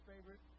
favorite